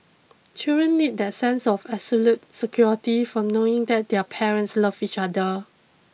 children need that sense of absolute security from knowing that their parents love each other